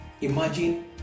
Imagine